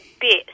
bit